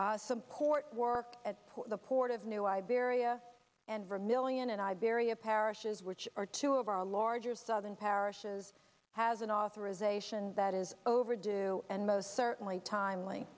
support work at the port of new iberia and for million and iberia parishes which are two of our larger southern parishes has an authorization that is overdue and most certainly timely